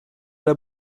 der